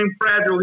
fragile